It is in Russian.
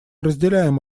разделяем